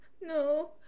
no